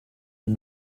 and